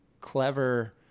clever